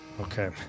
Okay